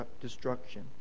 destruction